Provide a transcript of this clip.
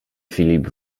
filip